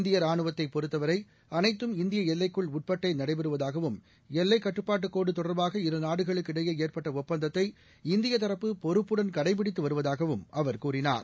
இந்திய ராணுவத்தை பொறுத்தவரை அனைத்தும் இந்திய எல்லைக்குள் உட்பட்டே நடைபெறுவதாகவும் எல்லைக்காட்டுப்பாடு கோடு தொடர்பாக இருநாடுகளுக்கு இடையே ஏற்பட்ட ஒப்பந்தத்தை இந்தியத் தரப்பு பொறுப்புடன் கடைபிடித்து வருவதாகவும் அவர் கூறினார்